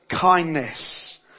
kindness